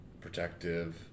protective